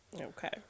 Okay